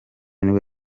nibwo